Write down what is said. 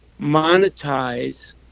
monetize